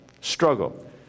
Struggle